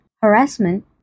harassment